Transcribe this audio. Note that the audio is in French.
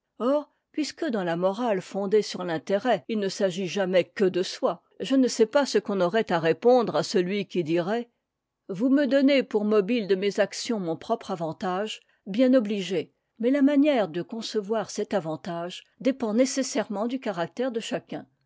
or puisque dans la morale fondée sur l'intérêt il ne s'agit jamais que de soi je ne sais pas ce qu'on aurait à répondre à celui qui dirait vous me donnez pour mobile de mes actions mon propre avantage bien obligé mais la manière de concevoir cet avantage dépend nécessairement du caractère de chacun